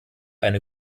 eine